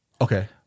Okay